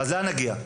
אז לאן נגיע?